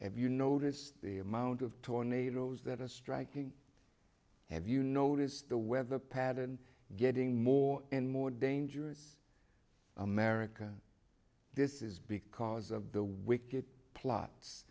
have you noticed the amount of tornadoes that are striking have you noticed the weather pattern getting more and more dangerous america this is because of the wicked plots